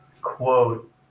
quote